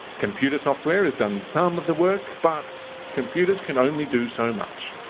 computer software has done some of the work, but computers can only do so much.